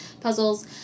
Puzzles